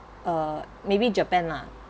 uh maybe japan lah